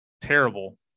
terrible